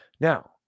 Now